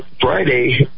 Friday